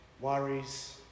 worries